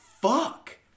fuck